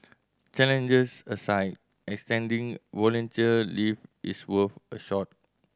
challenges aside extending volunteer leave is worth a shot